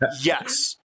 Yes